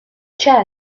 chair